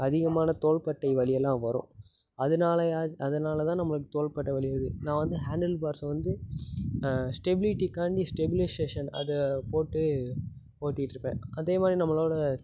அதிகமான தோள்பட்டை வலியெல்லாம் வரும் அதனாலையா அதனால தான் நம்மளுக்கு தோள்பட்டை வலி வருது நான் வந்து ஹேண்டல் பார்ஸை வந்து ஸ்டெபிலிட்டிக்காண்டி ஸ்டெபிலைசேஷன் அதை போட்டு ஓட்டிகிட்ருப்பேன் அதே மாதிரி நம்மளோடய